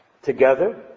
together